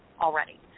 already